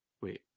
Wait